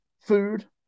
food